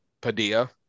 padilla